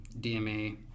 DMA